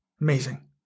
Amazing